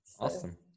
Awesome